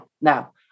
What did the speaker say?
now